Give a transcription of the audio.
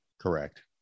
Correct